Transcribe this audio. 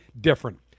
different